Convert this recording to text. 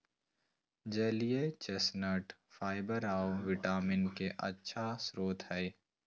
जलीय chestnut fibre आऊ vitamin B के अच्छा स्रोत हइ